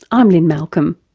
i'm lynne malcolm.